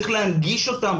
צריך להנגיש אותן.